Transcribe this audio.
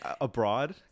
abroad